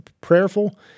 prayerful